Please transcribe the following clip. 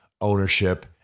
ownership